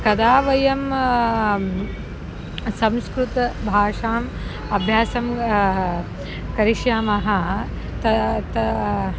कदा वयं संस्कृतभाषायाः अभ्यासं करिष्यामः तदा